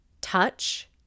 touch